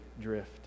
drift